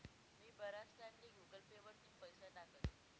मी बराच टाईमले Google Pay वरथून पैसा टाकस